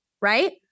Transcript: right